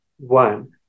One